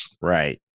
Right